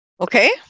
Okay